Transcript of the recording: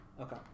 Okay